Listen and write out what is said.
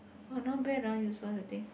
!wah! not bad ah you saw the thing